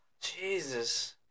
Jesus